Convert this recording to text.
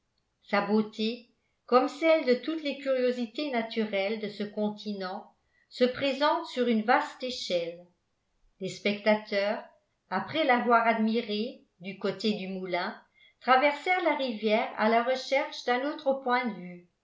sa beauté comme celle de toutes les curiosités naturelles de ce continent se présente sur une vaste échelle les spectateurs après l'avoir admirée du côté du moulin traversèrent la rivière à la recherche d'un autre point de vue